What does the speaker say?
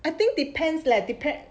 I think depends leh depends